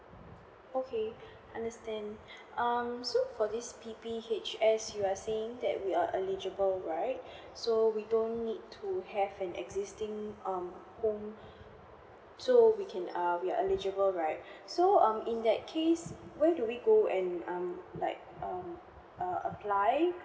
okay understand um so for this P_P_H_S you are saying that we are eligible right so we don't need to have an existing um home so we can err we're eligible right so um in that case where do we go and um like um err apply